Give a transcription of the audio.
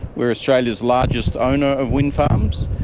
we are australia's largest owner of wind farms.